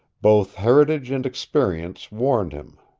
both heritage and experience warned him.